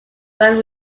when